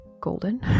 golden